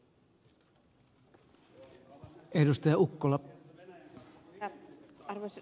arvoisa puhemies